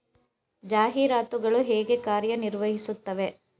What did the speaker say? ಜಾಹೀರಾತುಗಳು ಹೇಗೆ ಕಾರ್ಯ ನಿರ್ವಹಿಸುತ್ತವೆ?